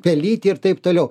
pelyti ir taip toliau